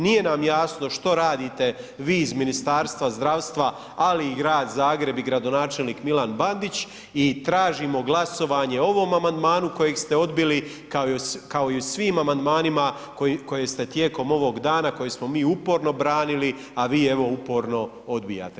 Nije nam jasno što radite vi iz Ministarstva zdravstva ali i grad Zagreb i gradonačelnik Milan Bandić i tražimo glasovanje o ovom amandmanu kojeg ste odbili kao i o svim amandmanima koje ste tijekom ovog dana, koje smo mi uporno branili a vi evo uporno odbijate.